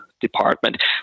department